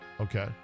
Okay